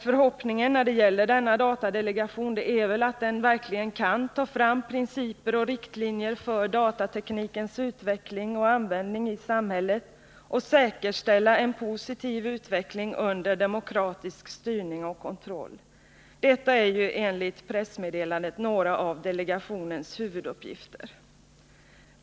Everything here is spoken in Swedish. Förhoppningen är väl den att delegationen verkligen kan ta fram principer och riktlinjer för datateknikens utveckling och användning i samhället och säkerställa en positiv utveckling under demokratisk styrning och kontroll. Detta är ju enligt pressmeddelandet några av delegationens huvuduppgifter.